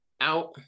out